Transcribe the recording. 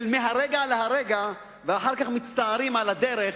שנעשות מהרגע להרגע ואחר כך מצטערים על הדרך